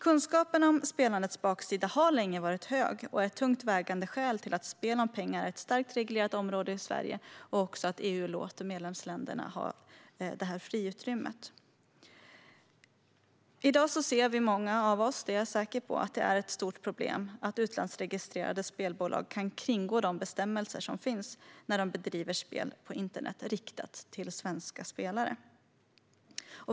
Kunskapen om spelandets baksida har länge varit hög och är ett tungt vägande skäl till att spel om pengar är ett starkt reglerat område i Sverige och också att EU låter medlemsländerna ha det här friutrymmet. I dag ser många av oss - det är jag säker på - att det är ett stort problem att utlandsregistrerade spelbolag kan kringgå de bestämmelser som finns när de bedriver spelverksamhet på internet riktad till svenska spelare.